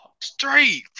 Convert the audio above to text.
Straight